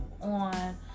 on